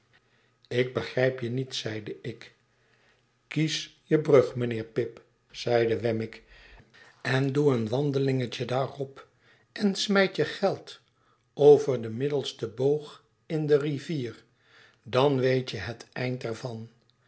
ik begrijp je niet zeide ik kies je brug mijnheer pip zeide wemmick en doe een wandelingetje daarop en smijt je geld over den middelsten boog in de rivier dan weet je het eind